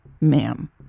ma'am